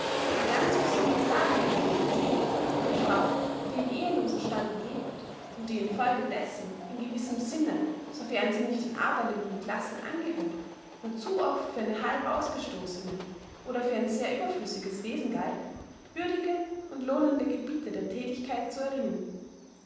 die ganz besonders dahin gerichtet sind der frau die im ehelosen stande lebt und die in folge dessen in gewissem sinne sofern sie nicht den arbeitenden klassen angehörte nur zu oft für eine halb ausgestoßne oder für ein sehr überflüssiges wesen galt würdige und lohnende gebiete der thätigkeit zu erringen